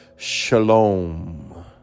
shalom